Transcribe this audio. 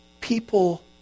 people